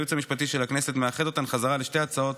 הייעוץ המשפטי של הכנסת מאחד אותן בחזרה לשתי הצעות,